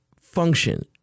function